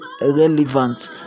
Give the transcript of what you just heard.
relevant